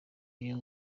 uyu